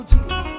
Jesus